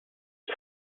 ist